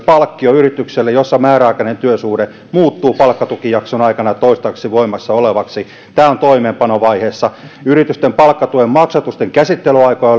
palkkion yritykselle jossa määräaikainen työsuhde muuttuu palkkatukijakson aikana toistaiseksi voimassa olevaksi tämä on toimeenpanovaiheessa yritysten palkkatuen maksatusten käsittelyaikoja